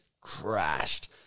crashed